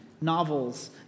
novels